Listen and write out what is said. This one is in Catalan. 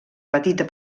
petita